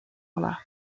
ole